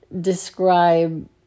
describe